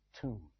tomb